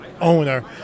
owner